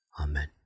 Amen